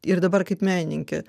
ir dabar kaip menininkė